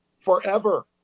forever